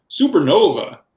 Supernova